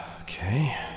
Okay